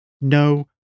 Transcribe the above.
no